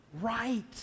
Right